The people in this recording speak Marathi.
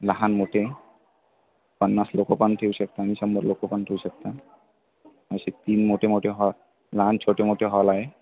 लहान मोठे पन्नास लोक पण ठेऊ शकता आणि शंभर लोक पण ठेऊ शकता असे तीन मोठे मोठे हॉ लहान छोटे मोठे हॉल आहे